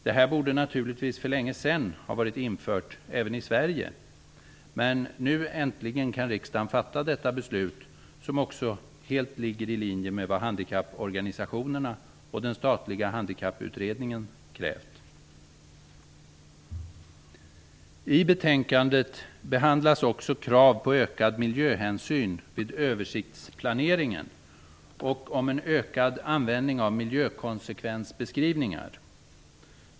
Det här borde naturligtvis ha varit infört även i Sverige för länge sedan. Men nu äntligen kan riksdagen fatta detta beslut, som också ligger helt i linje med vad handikapporganisationerna och den statliga Handikapputredningen krävt. I betänkandet behandlas också krav på ökad miljöhänsyn vid översiktsplaneringen och en ökad användning av miljökonsekvensbeskrivningar.